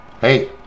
Hey